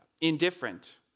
indifferent